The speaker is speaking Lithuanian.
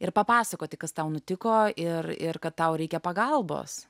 ir papasakoti kas tau nutiko ir ir kad tau reikia pagalbos